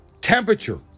temperature